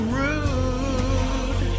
rude